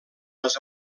les